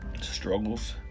struggles